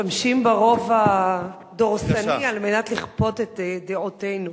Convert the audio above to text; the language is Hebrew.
משתמשים ברוב הדורסני על מנת לכפות את דעותינו.